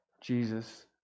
Jesus